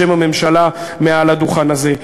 בשם הממשלה מעל הדוכן הזה.